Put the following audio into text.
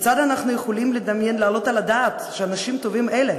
כיצד אנחנו יכולים להעלות על הדעת שאנשים טובים אלה